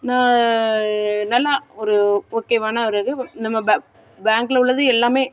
நல்லா ஒரு ஓகேவான ஒரு இது நம்ம பே பேங்கில் உள்ளது எல்லாமே